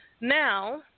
Now